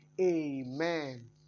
Amen